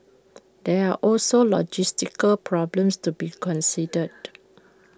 there are also logistical problems to be considered